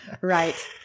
Right